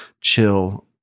chill